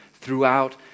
throughout